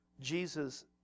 Jesus